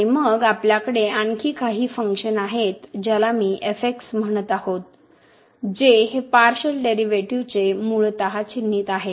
आणि मग आपल्याकडे आणखी काही फंक्शन आहेत ज्याला मी म्हणत आहोत जे हे पार्शिअल डेरिव्हेटिव्हजचे मूळतः चिन्हित आहे